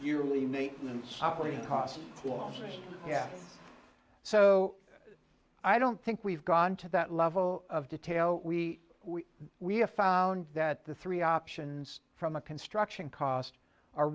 costs yeah so i don't think we've gone to that level of detail we we we have found that the three options from a construction cost are